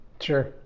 sure